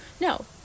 No